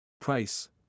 Price